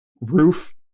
roof